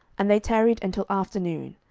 and they tarried until afternoon,